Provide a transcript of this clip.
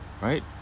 Right